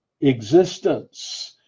existence